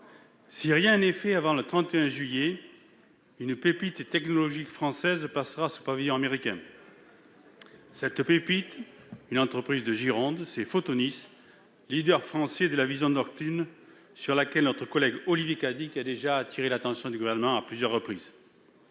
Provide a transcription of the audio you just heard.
Si rien n'est fait avant le 31 juillet, une pépite technologique française passera sous le pavillon américain, une entreprise de Gironde, Photonis, leader français de la vision nocturne sur laquelle mon collègue Olivier Cadic a déjà attiré l'attention du Gouvernement à plusieurs reprises.